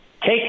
Take